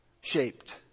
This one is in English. shaped